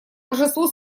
торжеству